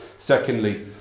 Secondly